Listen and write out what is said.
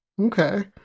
Okay